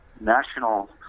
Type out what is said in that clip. national